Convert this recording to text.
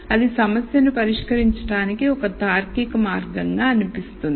అది సమస్యను పరిష్కరించడానికి ఒక తార్కిక మార్గంగా అనిపిస్తుంది